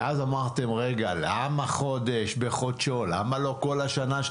ואז אמרתם למה חודש בחודשו, למה לא כל השנה?